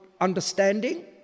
understanding